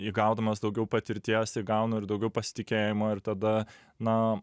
įgaudamas daugiau patirties įgaunu ir daugiau pasitikėjimo ir tada na